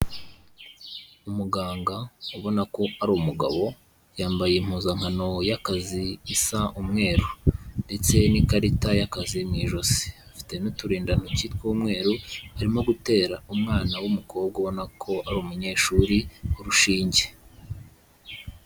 Umuganga ubona ko ari umugabo yambaye impuzankano y'akazi isa umweru ndetse n'ikarita y'akazi mu ijosi afite n'uturindantoki tw'umweru, irimo gutera umwana w'umukobwa ubona ko ari umunyeshuri urushinge.